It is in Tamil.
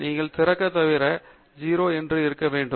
நீங்கள் திறக்க தவிர 0 வேண்டும் மற்றும் பட்டியல் காலியாக உள்ளது